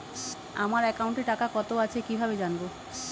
আমার একাউন্টে টাকা কত আছে কি ভাবে জানবো?